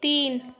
तीन